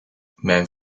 mijn